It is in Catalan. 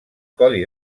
codi